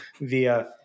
via